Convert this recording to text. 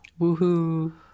Woohoo